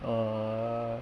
err